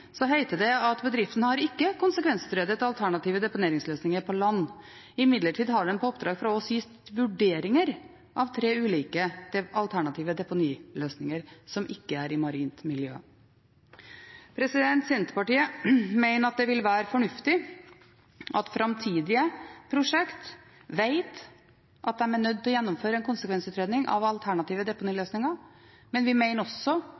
heter det: «Bedriften har ikke konsekvensutredet alternative deponeringsløsninger på land.» Imidlertid har de på oppdrag fra oss gitt vurderinger av tre ulike alternative deponiløsninger som ikke er i marint miljø. Senterpartiet mener at det vil være fornuftig at en ved framtidige prosjekt vet at en er nødt til å gjennomføre en konsekvensutredning av alternative deponiløsninger, men vi mener også